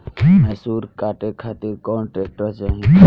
मैसूर काटे खातिर कौन ट्रैक्टर चाहीं?